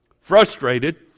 frustrated